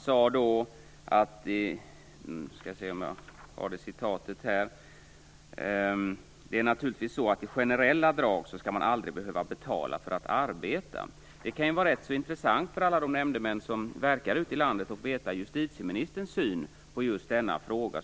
Skatteministern sade då: Det är naturligtvis så att i generella drag skall man aldrig behöva betala för att arbeta. Det kan vara rätt så intressant för alla de nämndemän som verkar ute i landet att känna till justitieministerns syn på just denna fråga.